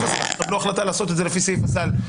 תוכלו לקבל החלטה לעשות את זה לפי סעיף הסל.